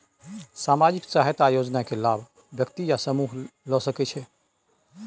सामाजिक सहायता योजना के लाभ व्यक्ति या समूह ला सकै छै?